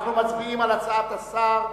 אנחנו מצביעים על הצעת השר.